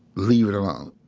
leave it alone?